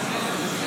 תן לו תזכורת.